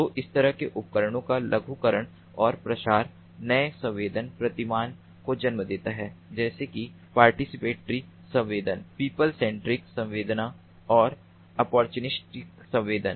तो इस तरह के उपकरणों का लघुकरण और प्रसार नए संवेदन प्रतिमान को जन्म देता है जैसे कि पार्टिसिपेटरी संवेदन पीपल सेंट्रिक संवेदना और ऑप्पोरचुनिस्टिक संवेदन